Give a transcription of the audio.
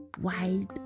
wide